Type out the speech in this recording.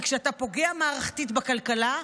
כי כשאתה פוגע מערכתית בכלכלה,